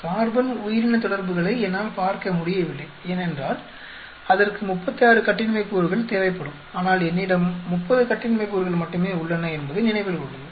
carbon உயிரின தொடர்புகளை என்னால் பார்க்க முடியவில்லை ஏனென்றால் அதற்கு முப்பத்தாறு கட்டின்மை கூறுகள் தேவைப்படும் ஆனால் என்னிடம் 30 கட்டின்மை கூறுகள் மட்டுமே உள்ளன என்பதை நினைவில் கொள்ளுங்கள்